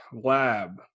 lab